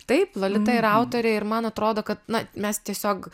taip lolita yra autorė ir man atrodo kad na mes tiesiog